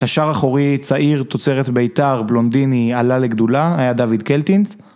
השער אחורי, צעיר, תוצרת ביתר, בלונדיני, עלה לגדולה היה דוד קלטינס